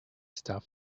stuff